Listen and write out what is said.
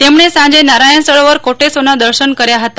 તેમણે સાંજે નારાયણ સરોવર કોટેશ્વરના દર્શન કર્યા હતા